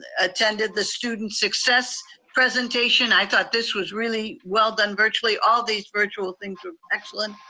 attended the student success presentation. i thought this was really well done virtually. all these virtual things were excellent.